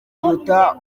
biruta